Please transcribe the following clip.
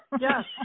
Yes